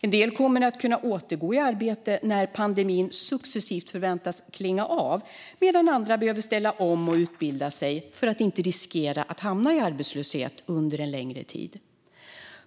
En del kommer att kunna återgå i arbete när pandemin successivt klingar av medan andra behöver ställa om och utbilda sig för att inte riskera att hamna i arbetslöshet under en längre tid.